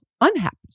unhappy